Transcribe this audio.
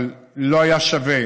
אבל לא היה שווה,